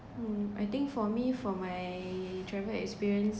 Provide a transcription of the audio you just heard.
mm I think for me for my travel experience